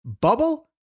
Bubble